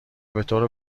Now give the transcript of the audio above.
بطور